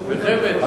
זו סחבת.